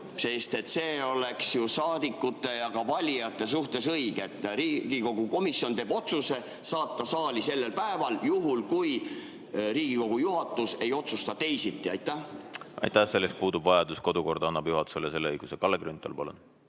see oleks ju saadikute ja valijate suhtes õige, et Riigikogu komisjon teeb otsuse saata saali sellel päeval, juhul kui Riigikogu juhatus ei otsusta teisiti. Aitäh! Selleks puudub vajadus. Kodukord annab juhatusele selle õiguse. Kalle Grünthal,